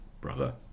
brother